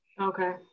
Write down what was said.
Okay